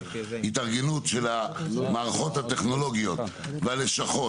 התארגנות של המערכות הטכנולוגיות והלשכות,